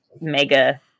mega